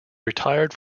retired